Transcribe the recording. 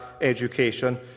education